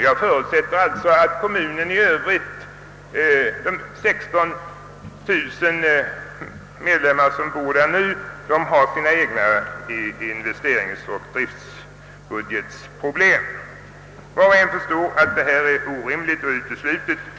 Jag förutsätter alltså att kommunens nuvarande 16 000 invånare har sina egna investeringsoch driftbudgetproblem. Var och en förstår att detta är orimligt och uteslutet.